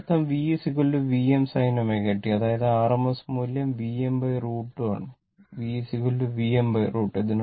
അതിനർത്ഥം V Vm sin ω t അതായത് rms മൂല്യം Vm√ 2 ആണ് V Vm√ 2